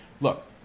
Look